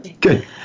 Good